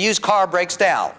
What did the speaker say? used car breaks down